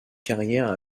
carrière